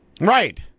Right